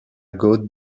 god